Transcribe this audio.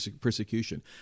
persecution